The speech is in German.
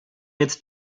jetzt